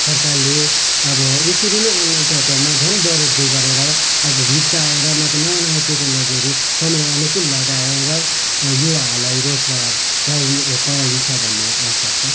सरकारले अब यसरी नै अनलाइन पोर्टलमा झन् बढोत्तरी गरेर अब भित्राएर नयाँ नयाँ टेक्नोलोजीहरू समय अनुकूल लगाएर युवाहरूलाई रोजगार पाउने पाइन्छ भन्ने आशा छ